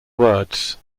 words